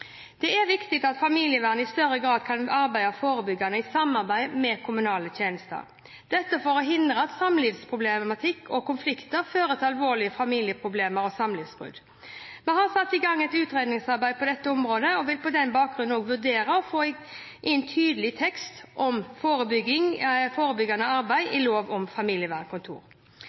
Det er viktig at familievern i større grad kan arbeide forebyggende i samarbeid med kommunale tjenester for å forhindre at samlivsproblematikk og konflikter fører til alvorlige familieproblemer og samlivsbrudd. Vi har satt i gang et utredningsarbeid på dette området og vil på den bakgrunn vurdere å få inn tydelig tekst om forebyggende arbeid i lov om familievernkontor.